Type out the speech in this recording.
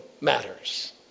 matters